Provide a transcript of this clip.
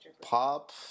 Pop